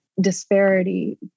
disparity